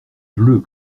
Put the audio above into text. bleus